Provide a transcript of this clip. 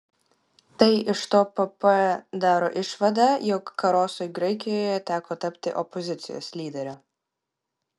tai iš to pp daro išvadą jog karosui graikijoje teko tapti opozicijos lyderiu